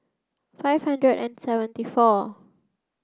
five hundred and seventy four